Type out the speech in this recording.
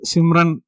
Simran